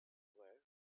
were